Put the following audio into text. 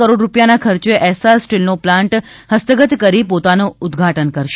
કરોડ રૂપિયાના ખર્ચે એસ્સાર સ્ટીલનો પ્લાન્ટ હસ્તગત કરી પોતાનું ઉદ્દઘાટન કરશે